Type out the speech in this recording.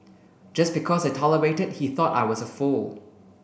just because I tolerated he thought I was a fool